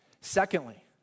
Secondly